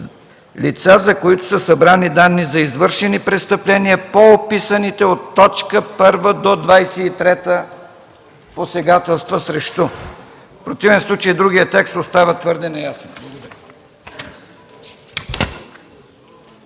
„лица, за които са събрани данни за извършени престъпления по описаните от т. 1 до т. 23 посегателства срещу” – в противен случай другият текст остава твърде неясен.